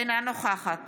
אינה נוכחת